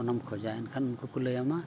ᱚᱱᱟᱢ ᱠᱷᱚᱡᱟ ᱮᱱᱠᱷᱟᱱ ᱩᱱᱠᱩ ᱠᱚ ᱞᱟᱹᱭᱟᱢᱟ